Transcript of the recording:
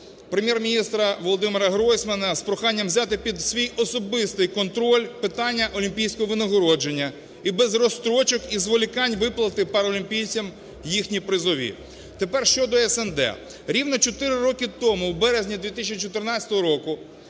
Прем'єр-міністра Володимира Гройсмана з проханням взяти під свій особистий контроль питання олімпійського винагородження і без розстрочок і зволікань виплатити паралімпійцям їхні призові. Тепер щодо СНД. Рівно чотири роки тому, в березі 2014 року,